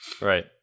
Right